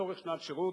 לצורך שנת שירות.